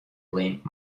limb